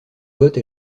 vote